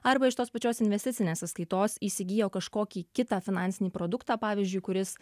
arba iš tos pačios investicinės sąskaitos įsigijo kažkokį kitą finansinį produktą pavyzdžiui kuris